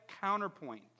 counterpoint